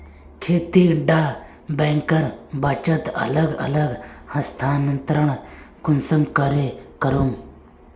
खेती डा बैंकेर बचत अलग अलग स्थानंतरण कुंसम करे करूम?